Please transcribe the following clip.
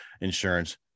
insurance